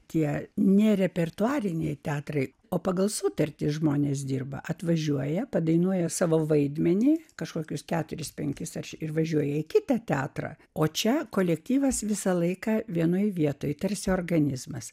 tie nerepertuariniai teatrai o pagal sutartį žmonės dirba atvažiuoja padainuoja savo vaidmenį kažkokius keturis penkis aš ir važiuoja į kitą teatrą o čia kolektyvas visą laiką vienoje vietoje tarsi organizmas